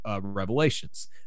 revelations